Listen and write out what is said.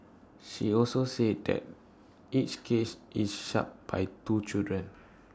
she also said that each cage is shut by two children